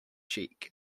cheek